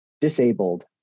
disabled